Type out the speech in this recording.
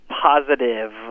positive